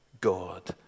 God